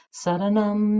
saranam